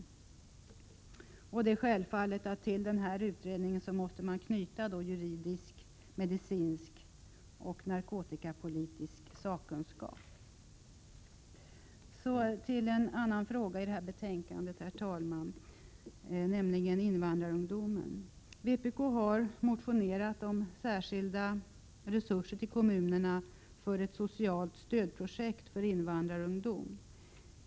Det är självfallet att till utredningen måste knytas juridisk, medicinsk och narkotikapolitisk sakkunskap. Så till en annan fråga i detta betänkande, herr talman, nämligen invandrarungdomar. Vpk har motionerat om särskilda resurser till kommunerna för ett socialt stödprojekt för invandrarungdom.